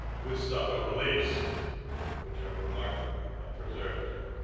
with stucco reliefs which are remarkably preserved here.